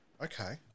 Okay